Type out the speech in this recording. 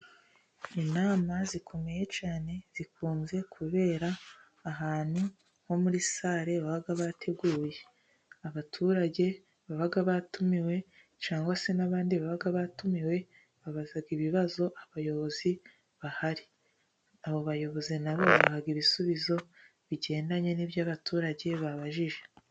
Inama zikomeye cyane zikunze kubera ahantu nko muri salle baba bateguye abaturage baba batumiwe cyangwa se n'abandi baba batumiwe babaza ibibazo abayobozi bahari. Abo bayobozi na bo babaha ibisubizo bigendanye n'ibyo abaturage babajije.